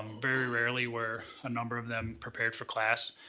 very rarely were a number of them prepared for class,